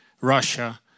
Russia